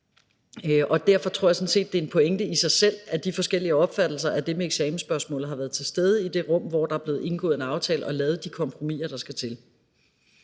er. Derfor tror jeg sådan set, det er en pointe i sig selv, at de forskellige opfattelser af eksamensspørgsmålet har været repræsenteret i det rum, hvor der er blevet indgået en aftale og lavet de kompromisser, der skulle til.